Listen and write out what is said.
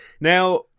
Now